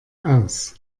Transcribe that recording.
aus